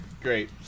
Great